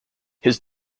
his